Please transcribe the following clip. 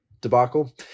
debacle